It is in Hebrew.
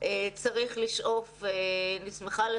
אני חושב שזה יהיה נזק מאוד כבד,